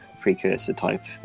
precursor-type